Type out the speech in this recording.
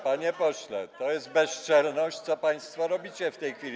Panie pośle, to jest bezczelność, co państwo robicie w tej chwili.